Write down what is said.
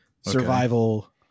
survival